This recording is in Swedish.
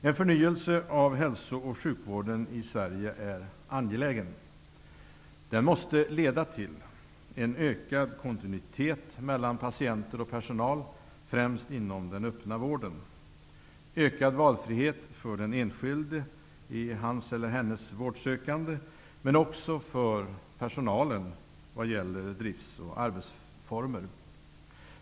En förnyelse av hälso och sjukvården i Sverige är angelägen. Den måste leda till en ökad kontinuitet i kontakten mellan patienter och personal främst inom den öppna vården samt till ökad valfrihet för den enskilde i hans eller hennes vårdsökande men också för personalen vad gäller drift och arbetsformer.